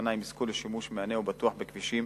האופניים יזכו לשימוש מהנה ובטוח בכבישים